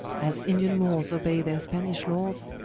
as indian moors obey their spanish lords,